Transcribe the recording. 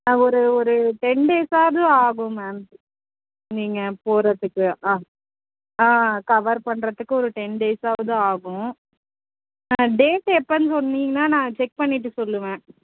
ஒரு ஒரு டென் டேஸ்ஸாவது ஆகும் மேம் நீங்கள் போகிறத்துக்கு ஆ ஆ கவர் பண்ணுறதுக்கு ஒரு டென் டேஸ்ஸாவது ஆகும் டேட்டு எப்போன்னு சொன்னீங்கன்னா நான் செக் பண்ணிவிட்டு சொல்லுவேன்